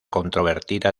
controvertida